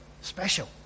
Special